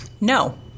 No